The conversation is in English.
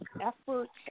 efforts